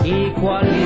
equal